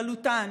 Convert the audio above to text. בכללותן?